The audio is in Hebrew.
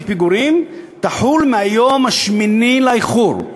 פיגורים תחול מהיום השמיני לאיחור.